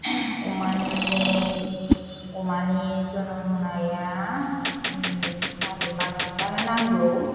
अमानि जोनोम होनाया सारि मासआनो नांगौ